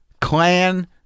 clan